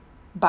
but